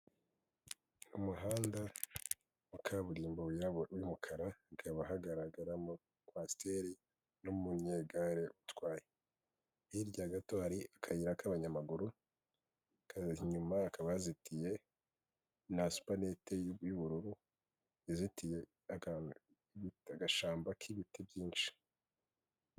Umuhanda wa kaburimbo w'umukara, hakaba hagaragaramo kwasiteri n'umunyegare utwaye. Hirya gato hari akayira k'abanyamaguru, inyuma hakaba hazitiye na supanete y'ubururu, izitiye agashyamba k'ibiti byinshi.